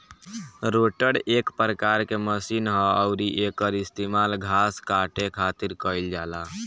rotor एक प्रकार के मशीन ह अउरी एकर इस्तेमाल घास काटे खातिर कईल जाला